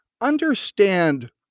understand